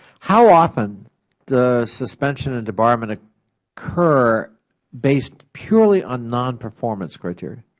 how often does suspension and debarment ah occur based purely on non-performance criteria?